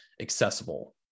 accessible